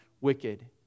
wicked